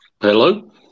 Hello